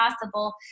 possible